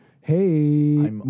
Hey